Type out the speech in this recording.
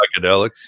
psychedelics